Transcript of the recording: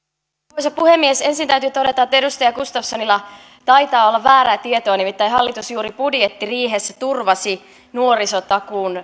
arvoisa puhemies ensin täytyy todeta että edustaja gustafssonilla taitaa olla väärää tietoa nimittäin hallitus juuri budjettiriihessä turvasi nuorisotakuun